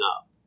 up